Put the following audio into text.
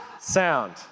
sound